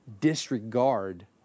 disregard